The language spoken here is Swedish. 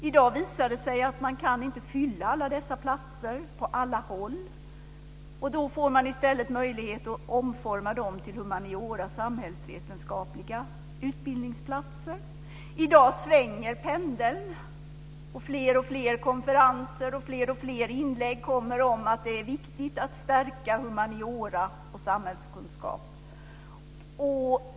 I dag visar det sig att man inte kan fylla alla dessa platser på alla håll, och då får man i stället möjlighet att omforma dem till humanistiska och samhällsvetenskapliga utbildningsplatser. I dag svänger pendeln, och fler och fler inlägg kommer om att det är viktigt att stärka humaniora och samhällskunskap.